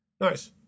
Nice